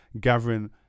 gathering